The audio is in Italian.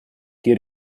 chi